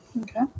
Okay